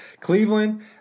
Cleveland